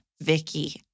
Vicky